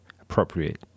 appropriate